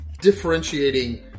differentiating